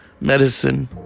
medicine